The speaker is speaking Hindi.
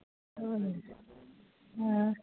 वह